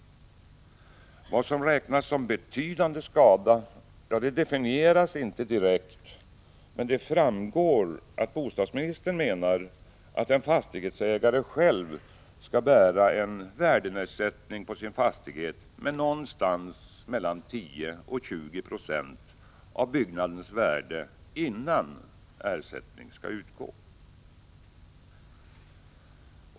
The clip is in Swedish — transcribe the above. Vad som räknas som betydande skada definieras inte direkt, men det framgår att bostadsministern menar att en fastighetsägare själv skall bära en värdenedsättning på sin fastighet med mellan 10 och 20 96 av byggnadens värde, innan ersättning skall utgå.